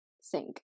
sink